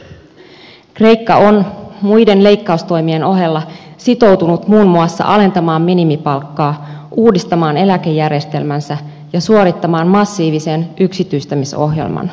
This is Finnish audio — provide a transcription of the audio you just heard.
kreikka on muiden leikkaustoimien ohella sitoutunut muun muassa alentamaan minimipalkkaa uudistamaan eläkejärjestelmänsä ja suorittamaan massiivisen yksityistämisohjelman